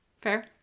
fair